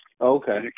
Okay